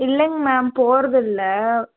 இல்லைங்க மேம் போகறதில்ல